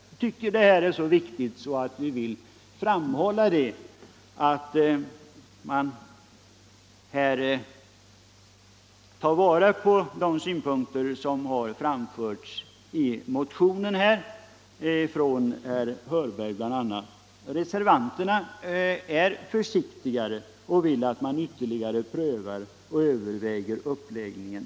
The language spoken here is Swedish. Vi tycker detta är så viktigt att vi vill framhålla att man här tar vara på de synpunkter som har framförts i motionen från bl.a. herr Hörberg. Reservanterna är försiktigare och vill att man ytterligare prövar och överväger uppläggningen.